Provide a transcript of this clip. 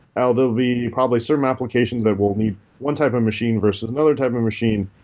ah there'll be probably certain applications that will need one type of machine versus another type of machine.